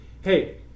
hey